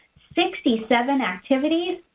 sixty seven activities,